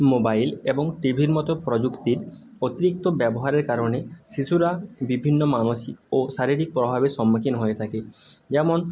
mobile এবং টিভির মতো প্রযুক্তির অতিরিক্ত ব্যবহারের কারণে শিশুরা বিভিন্ন মানসিক ও শারীরিক প্রভাবের সম্মুখীন হয়ে থাকে যেমন